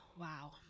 wow